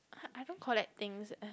I don't collect things